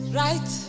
right